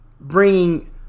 bringing